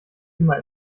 immer